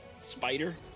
spider